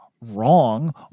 wrong